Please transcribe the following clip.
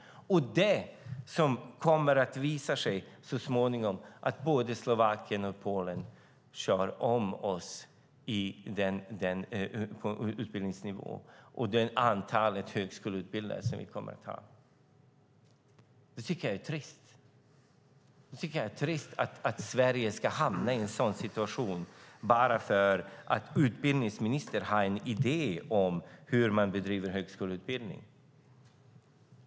Det kommer så småningom att visa sig att både Slovakien och Polen kör om oss beträffande utbildningsnivå och det antal högskoleutbildade som vi kommer att ha. Det tycker jag är trist. Jag tycker att det är trist att Sverige ska hamna i en sådan situation bara därför att utbildningsministern har en idé om hur man bedriver högskoleutbildning.